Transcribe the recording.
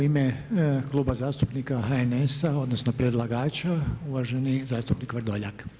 U ime Kluba zastupnika HNS-a odnosno predlagača uvaženi zastupnik Vrdoljak.